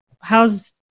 How's